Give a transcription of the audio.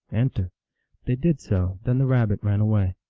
enter they did so then the rabbit ran away.